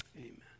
amen